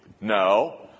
No